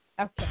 Okay